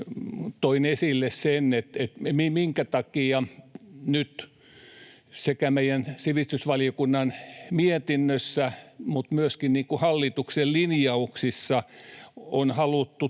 toin esille sen, minkä takia nyt sekä meidän sivistysvaliokunnan mietinnössä mutta myöskin hallituksen linjauksissa on haluttu